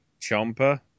Chomper